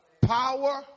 Power